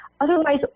Otherwise